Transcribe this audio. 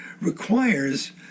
requires